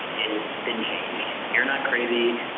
it has been changed. you are not crazy.